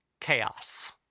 chaos